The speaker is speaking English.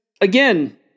again